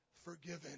forgiven